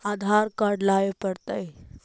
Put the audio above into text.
आधार card लाबे पड़तै?